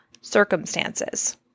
circumstances